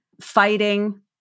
fighting